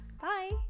bye